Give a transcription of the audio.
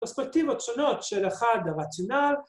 פרספקטיבות שונות של אחד לרציונל.